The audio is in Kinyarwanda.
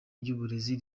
ry’uburezi